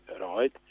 right